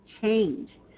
change